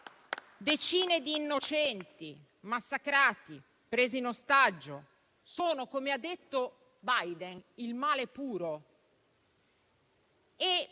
Decine di innocenti massacrati, presi in ostaggio: come ha detto Biden, è il male puro.